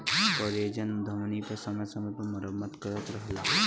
collagen धमनी के समय समय पर मरम्मत करत रहला